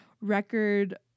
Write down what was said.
record